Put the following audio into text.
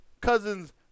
Cousins